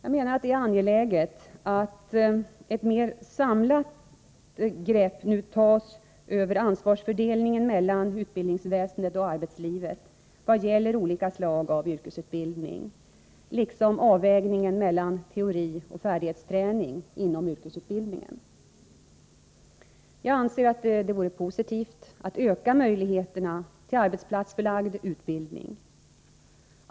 Jag menar att det är angeläget att ett mer samlat grepp nu tas över ansvarsfördelningen mellan utbildningsväsendet och arbetslivet i vad gäller olika slag av yrkesutbildning liksom avvägningen mellan teori och färdighetsträning inom yrkesutbildningen. Jag anser att det vore positivt att öka möjligheterna till arbetsplatsförlagd utbildning.